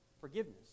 forgiveness